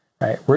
right